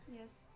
yes